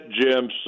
Jim